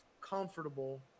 comfortable